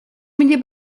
mnie